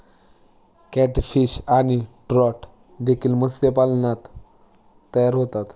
catfish आणि trout देखील मत्स्यपालनात तयार होतात